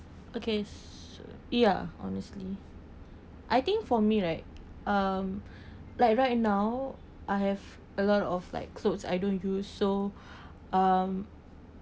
okay ya honestly I think for me right um like right now I have a lot of like clothes I don't use so um